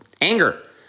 anger